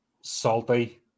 salty